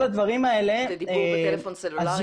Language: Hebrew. לדיבור בטלפון סלולרי בנהיגה.